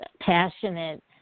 passionate